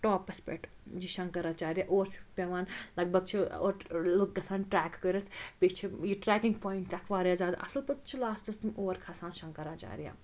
ٹاپَس پٮ۪ٹھ یہِ شَنکَراچارِ اور چھُ پیٚوان لگ بگ چھِ اور لُکھ گَژھان ٹریک کٔرِتھ بیٚیہِ چھِ یہِ ٹریکِنٛگ پویِنٛٹ اَکھ واریاہ زیادٕ اَصٕل پَتہٕ چھِ لاسٹَس تِم اور کھَسان شَنکَراچارِ